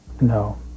no